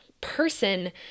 person